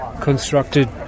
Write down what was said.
constructed